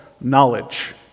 knowledge